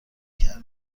کرده